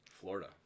Florida